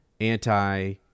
anti